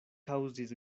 kaŭzis